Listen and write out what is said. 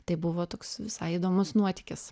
tai buvo toks visai įdomus nuotykis